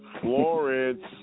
Florence